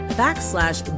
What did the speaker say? backslash